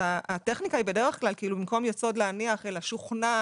הטכניקה היא בדרך כלל במקם יסוד להניח שוכנע